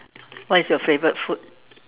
what is your favorite food